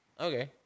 Okay